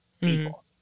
people